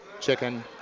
Chicken